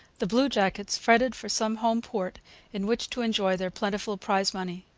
the bluejackets fretted for some home port in which to enjoy their plentiful prize-money.